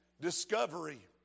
discovery